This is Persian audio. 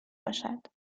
باشد